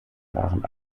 waren